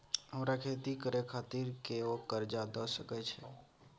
हमरा खेती करे खातिर कोय कर्जा द सकय छै?